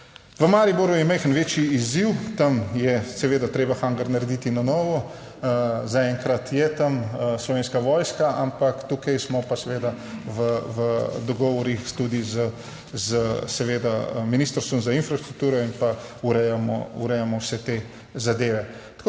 V Mariboru je majhen večji izziv. Tam je seveda treba hangar narediti na novo. Zaenkrat je tam Slovenska vojska, ampak tukaj smo pa seveda v dogovorih tudi s seveda Ministrstvom za infrastrukturo in pa urejamo vse te zadeve.